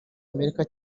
armenia